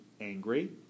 angry